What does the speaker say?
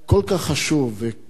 וכל כך דיברו עליו,